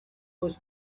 was